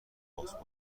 ازاو